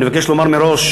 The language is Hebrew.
אני מבקש לומר מראש,